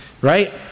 right